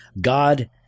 God